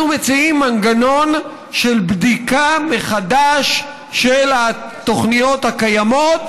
אנחנו מציעים מנגנון של בדיקה מחדש של התוכניות הקיימות,